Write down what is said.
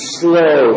slow